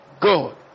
God